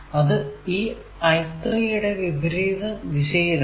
അത് ഈ I3 യുടെ വിപരീത ദിശയിലാണു